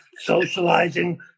socializing